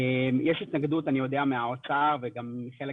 אני יודע שיש התנגדות מהאוצר וגם חלק